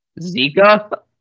Zika